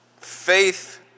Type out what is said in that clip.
Faith